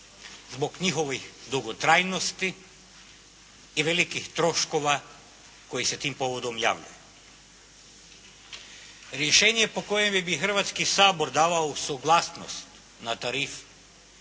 zbog njihovih dugotrajnosti i velikih troškova koji se tim povodom javljaju. Rješenje po kojemu bi Hrvatski sabor davao suglasnost na tarifu,